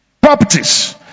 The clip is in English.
properties